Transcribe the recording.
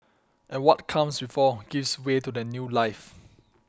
and what comes before gives way to that new life